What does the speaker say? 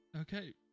Okay